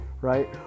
right